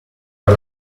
per